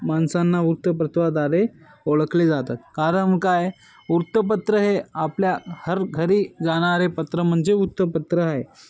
माणसांना वृत्तपत्रा द्वारे ओळखले जातात कारण काय वृत्तपत्र हे आपल्या हर घरी जाणारे पत्र म्हणजे वृत्तपत्र आहे